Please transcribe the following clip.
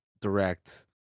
direct